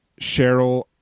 cheryl